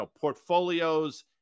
portfolios